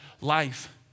life